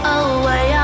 away